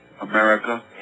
America